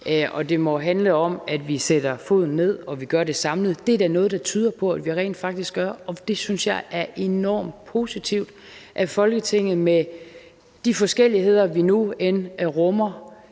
dag. Det må handle om, at vi sætter foden ned, og at vi gør det samlet. Det er der noget der tyder på at vi rent faktisk gør, og jeg synes, det er enormt positivt, at Folketinget med de forskelligheder, vi nu engang rummer,